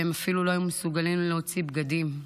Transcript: והם אפילו לא היו מסוגלים להוציא בגדים.